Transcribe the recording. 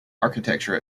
architecture